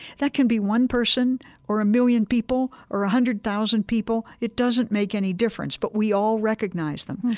that can be one person or a million people or one ah hundred thousand people, it doesn't make any difference, but we all recognize them.